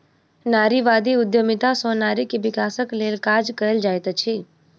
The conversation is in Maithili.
नारीवादी उद्यमिता सॅ नारी के विकासक लेल काज कएल जाइत अछि